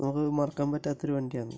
നമുക്ക് മറക്കാൻ പറ്റാത്ത ഒരു വണ്ടിയാണ്